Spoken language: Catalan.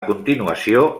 continuació